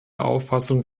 auffassung